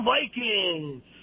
Vikings